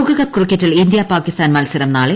ലോകകപ്പ് ക്രിക്കറ്റിൽ ഇന്തൃ പാകിസ്ഥാൻ മത്സരം നാളെ